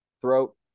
Throat